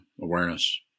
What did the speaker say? awareness